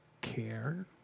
care